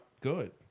good